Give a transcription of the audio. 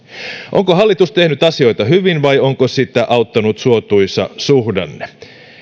onko hallitus tehnyt asioita hyvin vai onko sitä auttanut suotuisa suhdanne